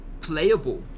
playable